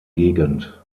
gegend